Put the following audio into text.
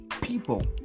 people